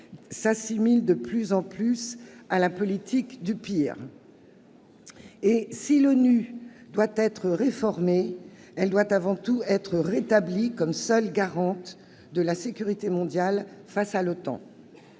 s'assimile de plus en plus à la politique du pire. Et si l'ONU doit être réformée, elle doit avant tout être rétablie comme seule garante de la sécurité mondiale face à l'OTAN.